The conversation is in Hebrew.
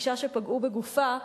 אשה שפגעו בגופה,